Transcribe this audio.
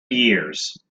years